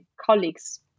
colleagues